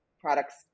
products